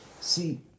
See